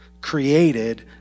created